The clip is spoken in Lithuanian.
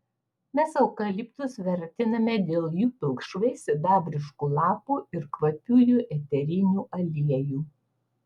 mes eukaliptus vertiname dėl jų pilkšvai sidabriškų lapų ir kvapiųjų eterinių aliejų